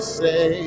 say